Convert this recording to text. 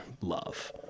love